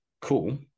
Cool